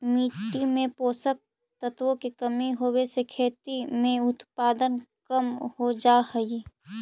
मिट्टी में पोषक तत्वों की कमी होवे से खेती में उत्पादन कम हो जा हई